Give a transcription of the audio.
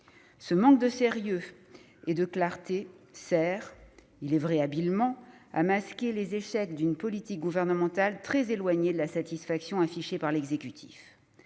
Ce manque de sérieux et de clarté sert, il est vrai habilement, à masquer les échecs d'une politique gouvernementale très éloignée de la satisfaction affichée par l'exécutif.